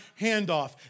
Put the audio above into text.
handoff